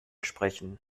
sprechen